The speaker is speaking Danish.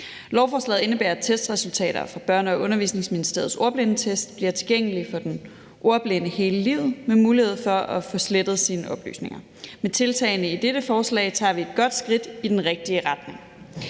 Lovforslaget indebærer, at testresultater fra Børne- og Undervisningsministeriets ordblindetest bliver tilgængelige for den ordblinde hele livet med mulighed for, at man kan få slettet sine oplysninger. Med tiltagene i dette forslag tager vi et godt skridt i den rigtige retning.